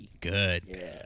Good